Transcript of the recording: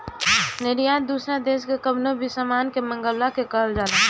निर्यात दूसरा देस से कवनो भी सामान मंगवला के कहल जाला